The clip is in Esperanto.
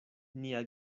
nia